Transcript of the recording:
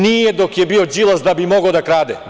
Nije dok je bio Đilas, da bi mogao da krade.